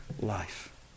life